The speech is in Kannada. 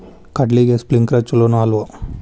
ಕಡ್ಲಿಗೆ ಸ್ಪ್ರಿಂಕ್ಲರ್ ಛಲೋನೋ ಅಲ್ವೋ?